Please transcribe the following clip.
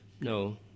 No